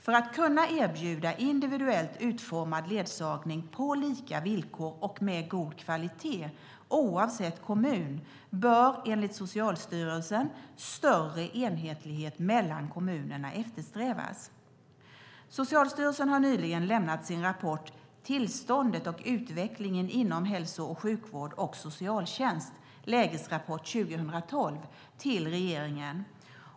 För att kunna erbjuda individuellt utformad ledsagning på lika villkor och med god kvalitet oavsett kommun bör, enligt Socialstyrelsen, större enhetlighet mellan kommunerna eftersträvas. Socialstyrelsen har nyligen lämnat sin rapport Tillståndet och utvecklingen inom hälso och sjukvård och socialtjänst - Lägesrapport 2012 till regeringen.